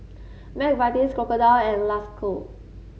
McVitie's Crocodile and Lacoste